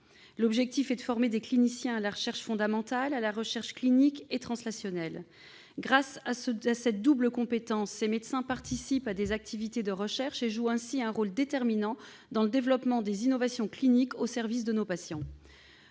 L'objectif est de former des cliniciens à la recherche fondamentale, clinique et translationnelle. Grâce à leur double compétence, ces médecins participent à des activités de recherche et jouent ainsi un rôle déterminant dans le développement des innovations cliniques au service des patients.